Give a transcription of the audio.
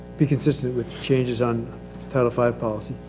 be consistent with changes on title five policy.